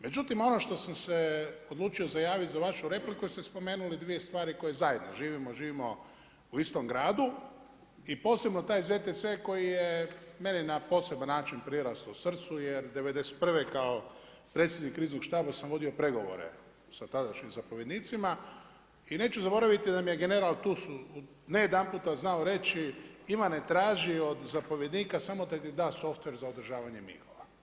Međutim, ono što sam se odlučio javiti za vašu repliku jer ste spomenuli dvije stvari koje zajedno živimo, živimo u istom gradu i posebno taj ZTS koji je meni na poseban način priraslo srcu jer 91. kao predsjednik kriznog štaba sam vodio pregovore sa tadašnjim zapovjednicima i neću zaboraviti da mi je general Tus ne jedanputa znao reći – Ivane, traži od zapovjednika samo da ti da softver za održavanje MIG-ova.